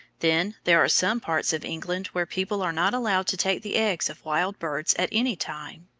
then there are some parts of england where people are not allowed to take the eggs of wild birds at any time.